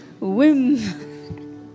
Wim